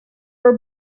are